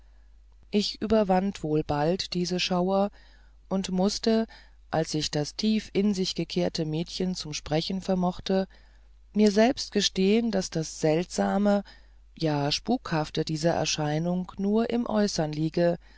ich überwand wohl bald diese schauer und mußte als ich das tief in sich gekehrte mädchen zum sprechen vermocht mir selbst gestehen daß das seltsame ja spukhafte dieser erscheinung nur im äußern liege